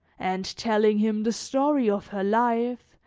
and telling him the story of her life,